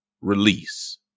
release